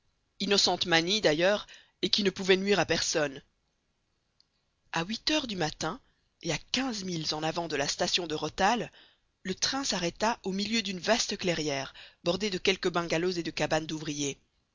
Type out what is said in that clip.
innocente manie d'ailleurs et qui ne pouvait nuire à personne a huit heures du matin et à quinze milles en avant de la station de rothal le train s'arrêta au milieu d'une vaste clairière bordée de quelques bungalows et de cabanes d'ouvriers